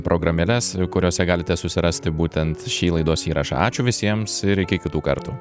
programėles kuriose galite susirasti būtent šį laidos įrašą ačiū visiems ir iki kitų kartų